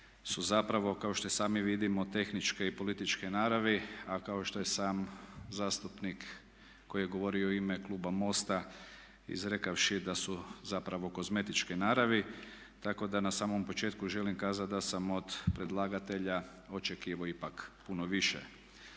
su zapravo kao što i sami vidimo tehničke i političke naravi, a kao što je sam zastupnik koji je govorio u ime kluba MOST-a izrekavši da su zapravo kozmetičke naravi, tako da na samom početku želim kazati da sam od predlagatelja očekivao ipak puno više.